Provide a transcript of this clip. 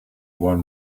one